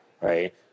right